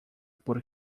por